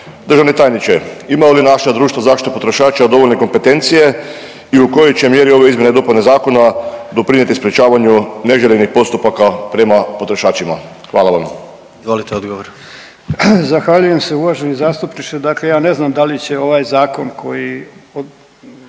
Državni tajniče imaju li naša društva za zaštitu potrošača dovoljne kompetencije i u kojoj će mjeri ove izmjene i dopune zakona doprinijeti sprječavanju neželjenih postupaka prema potrošačima? Hvala vam. **Jandroković, Gordan (HDZ)** Izvolite odgovor.